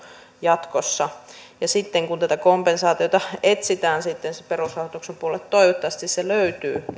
jatkossa ja sitten kun tätä kompensaatiota etsitään perusrahoituksen puolelle toivottavasti se löytyy niin